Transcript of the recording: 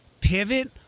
pivot